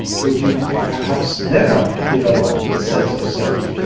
would you perhaps never develop a sense of self?